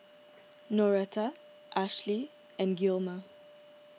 Noretta Ashli and Gilmer